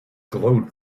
glowed